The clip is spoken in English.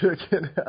Chicken